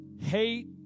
hate